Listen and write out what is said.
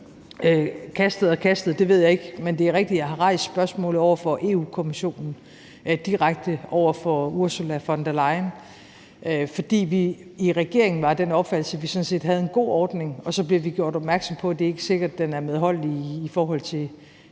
Kastede og kastede ved jeg ikke, men det er rigtigt, at jeg har rejst spørgsmålet over for Europa-Kommissionen, direkte over for Ursula von der Leyen, fordi vi i regeringen var af den opfattelse, at vi sådan set havde en god ordning, og så blev vi gjort opmærksom på, at det ikke er sikkert, at den er medholdelig i forhold til